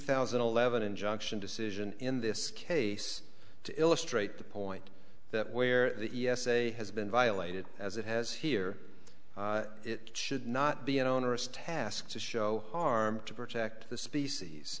thousand and eleven injunction decision in this case to illustrate the point that where the e s a has been violated as it has here it should not be an onerous task to show harm to protect the species